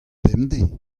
bemdez